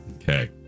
Okay